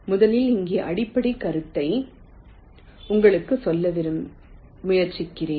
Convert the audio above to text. முதலில் இங்கே அடிப்படை கருத்தை உங்களுக்கு சொல்ல முயற்சிக்கிறேன்